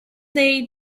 they